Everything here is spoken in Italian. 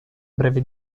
breve